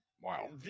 wow